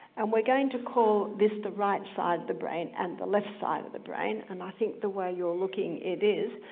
and we're going to call this the right side of the brain, and the left side of the brain. and i think the way you're looking it is.